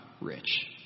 rich